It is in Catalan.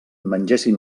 mengessin